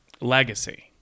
Legacy